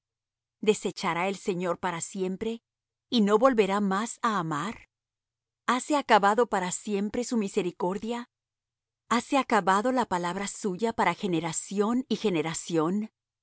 desechará el señor para siempre y no volverá más á amar hase acabado para siempre su misericordia hase acabado la palabra suya para generación y generación